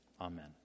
Amen